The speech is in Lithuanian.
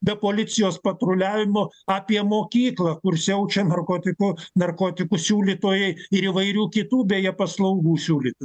be policijos patruliavimo apie mokyklą kur siaučia narkotikų narkotikų siūlytojai ir įvairių kitų beje paslaugų siūlytų